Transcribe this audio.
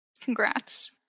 congrats